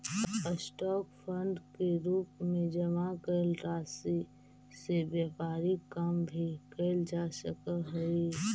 stock fund के रूप में जमा कैल राशि से व्यापारिक काम भी कैल जा सकऽ हई